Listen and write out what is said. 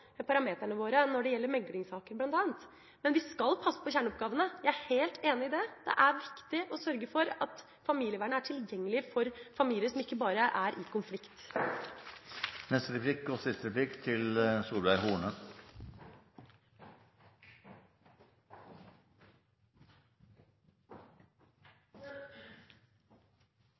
våre når det gjelder meglingssaker bl.a. Men vi skal passe på kjerneoppgavene – jeg er helt enig i det. Det er viktig å sørge for at familievernet er tilgjengelig for familier som ikke bare er i konflikt.